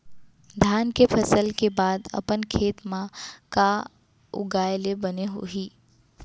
धान के फसल के बाद अपन खेत मा का उगाए ले बने होही?